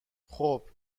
خوب